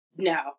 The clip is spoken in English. No